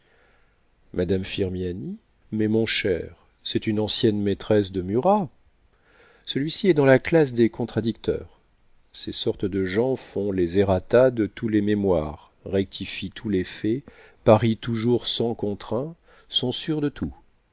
échappé madame firmiani mais mon cher c'est une ancienne maîtresse de murat celui-ci est dans la classe des contradicteurs ces sortes de gens font les errata de tous les mémoires rectifient tous les faits parient toujours cent contre un sont sûrs de tout